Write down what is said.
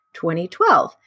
2012